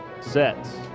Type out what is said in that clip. sets